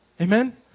Amen